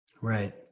Right